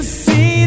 see